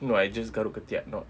no I just garuk ketiak not